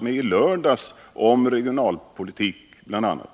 bl.a. regionalpolitik med honom i lördags.